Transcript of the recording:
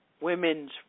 women's